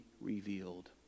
revealed